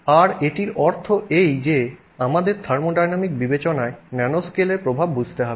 আর এটির অর্থ এই যে আমাদের থার্মোডাইনামিক বিবেচনায় ন্যানোস্কেলের প্রভাব বুঝতে হবে